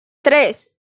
tres